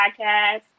Podcast